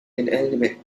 inanimate